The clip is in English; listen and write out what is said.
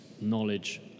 knowledge